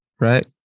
right